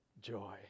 joy